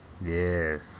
Yes